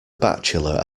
bachelor